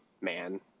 man